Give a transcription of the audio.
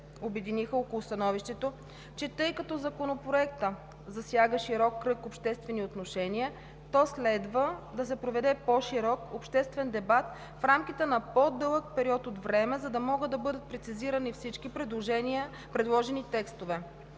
обединиха около становището, че тъй като Законопроектът засяга широк кръг обществени отношения, то следва да се проведе по-широк обществен дебат в рамките на по-дълъг период от време, за да могат да бъдат прецизирани всички предложения и предложени текстове.